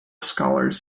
scholars